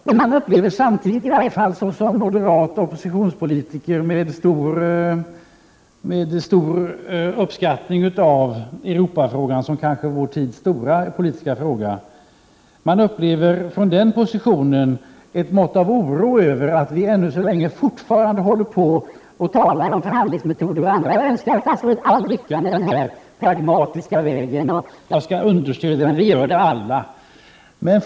Samtidigt upplever åtminstone jag som moderat oppositionspolitiker — med stor uppskattning av Europafrågan som kanske är vår tids stora politiska fråga — från min position ett mått av oro över att vi ännu så länge fortfarande talar om förhandlingsmetoder och annat. Jag önskar statsrådet all lycka på den pragmatiska vägen. Jag skall understödja hennes hållning, och det gör vi alla.